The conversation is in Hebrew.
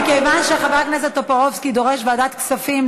מכיוון שחבר הכנסת טופורובסקי דורש ועדת כספים,